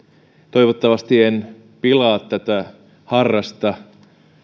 toivottavasti en pilaa tätä harrasta